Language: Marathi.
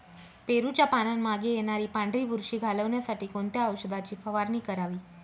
पेरूच्या पानांमागे येणारी पांढरी बुरशी घालवण्यासाठी कोणत्या औषधाची फवारणी करावी?